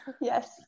Yes